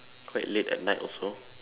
quite late at night also